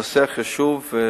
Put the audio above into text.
הנושא חשוב.